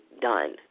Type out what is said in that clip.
done